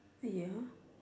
ya